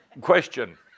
question